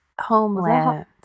homeland